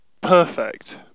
perfect